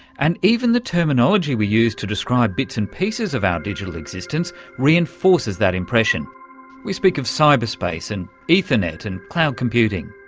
and even the terminology we use to describe bits and pieces of our digital existence reinforces that impression we speak of cyber space and ethernet and cloud computing.